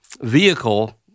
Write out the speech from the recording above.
vehicle